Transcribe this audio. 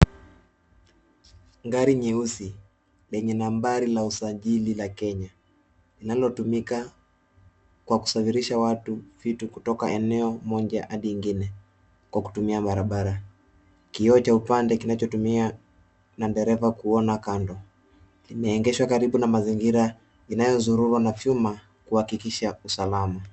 Gari nyeusi lenye nambari ya usajili la Kenya limalotumika kwa kusafirisha watu, vitu kutoka eneo moja hadi ingine kwa kutumia barabara. Kioo cha upande kinachotumiwa na dereva kuona kando. Imeegeshwa karibu na mazingira inayozungukwa na chuma kuhakikisha usalama.